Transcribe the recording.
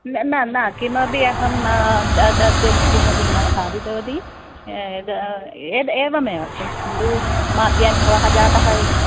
न् न न किमपि अहं न किमपि न खादितवती यद् एद् एवमेव किन्तु म अद्यानि भवः जातः इ